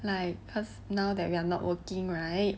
like cause now that we are not working right